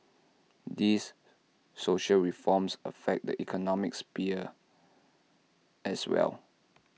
these social reforms affect the economic sphere as well